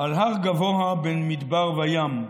"על הר גבוה בין מדבר וים,